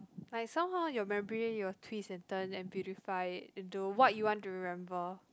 like somehow your memory you will twist and turn and beautify it into what you want to remember